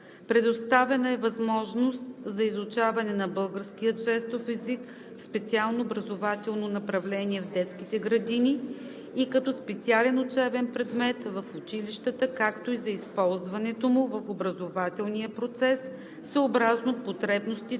Предоставена е възможност за изучаване на българския жестов език в специално образователно направление в детските градини и като специален учебен предмет в училищата, както и за използването му в образователния процес съобразно потребностите